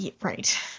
right